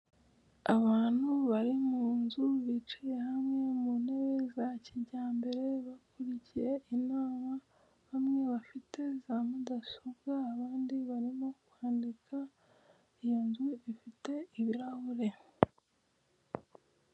Abantu bari munzu bicaye hamwe mu intebe za kijyambere bakurikiye inama, bamwe bafite za mudasobwa abandi barimo kwandika, iyo nzu ifite ibirahure.